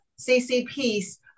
CCP's